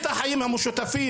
את החיים המשותפים,